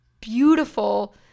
beautiful